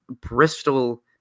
Bristol